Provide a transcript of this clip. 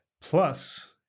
Plus